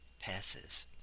passes